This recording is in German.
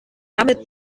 damit